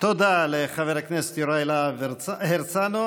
תודה לחבר הכנסת יוראי להב הרצנו.